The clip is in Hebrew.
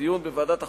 לדיון בוועדת החוקה,